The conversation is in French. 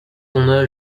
ton